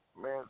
man